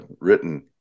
written